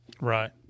Right